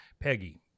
Peggy